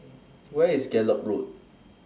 Where IS Gallop Road